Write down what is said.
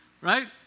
right